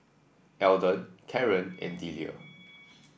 Eldon Caren and Delia